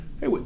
hey